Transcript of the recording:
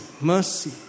mercy